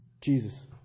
Jesus